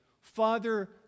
Father